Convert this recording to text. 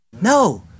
No